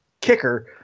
kicker